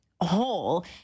whole